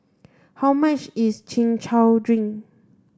how much is chin chow drink